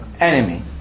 enemy